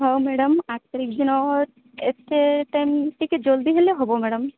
ହଉ ମାଡାମ୍ ଆଠ ତାରିଖ ଦିନ ଏତେ ଟାଇମ୍ ଟିକେ ଜଲ୍ଦି ହେଲେ ହେବ ମାଡାମ୍